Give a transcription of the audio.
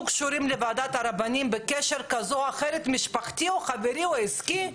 קשורים לוועדת הרבנים בקשר כזה או אחר משפחתי או חברי או עסקי,